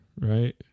right